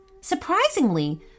Surprisingly